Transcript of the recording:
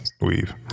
weave